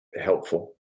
helpful